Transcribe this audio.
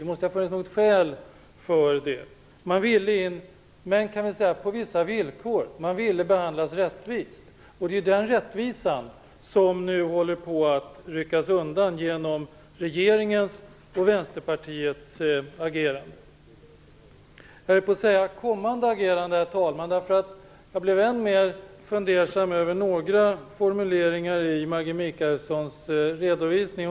Det måste ha funnits något skäl för det. Man ville komma in, men på vissa villkor. Man ville bli rättvist behandlad, och förutsättningarna för den rättvisan håller nu på att ryckas undan genom regeringens och Vänsterpartiets agerande. Jag höll, herr talman, på att säga "kommande agerande", eftersom jag blev än mer fundersam över några formuleringar i Maggi Mikaelssons redovisning.